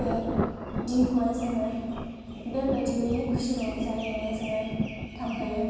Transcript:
बे दिनखौहाय जोङो बेबायदि मिनि खुसि रंजाहैनानै जोङो थांहोयो